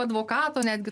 advokato netgi